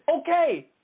Okay